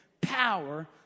power